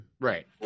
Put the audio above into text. right